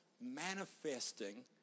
manifesting